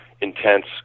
intense